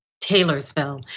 Taylorsville